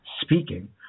speaking